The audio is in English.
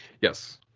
yes